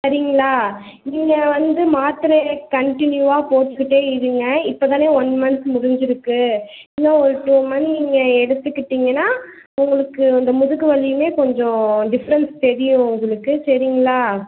சரிங்களா நீங்கள் வந்து மாத்திரையை கண்டினியூவாக போட்டுக்கிட்டே இருங்கள் இப்போ தானே ஒன் மந்த் முடிஞ்சிருக்கு இன்னும் ஒரு டூ மந்த் நீங்கள் எடுத்துக்கிட்டிங்கன்னா உங்களுக்கு அந்த முதுகு வலியுமே கொஞ்சம் டிஃப்ரென்ஸ் தெரியும் உங்களுக்கு சரிங்களா